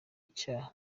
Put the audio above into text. icyaha